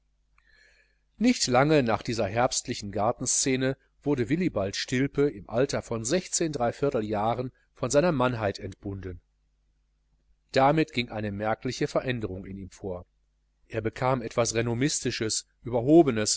nicht lange nach dieser herbstlichen gartenscene wurde willibald stilpe im alter von jahren von seiner mannheit entbunden damit ging eine merkliche veränderung in ihm vor er bekam etwas renommistisches überhobenes